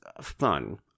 fun